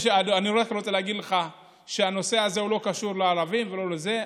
אני רק רוצה להגיד לך שהנושא הזה לא קשור לא לערבים ולא לזה.